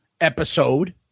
episode